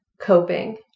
coping